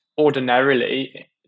Ordinarily